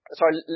Sorry